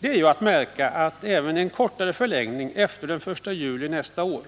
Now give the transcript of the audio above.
Det är att märka att även en kortare förlängning av det tillfälliga förbudet efter den 1 juli nästa år